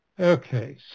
Okay